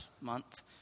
month